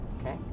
okay